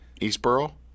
Eastboro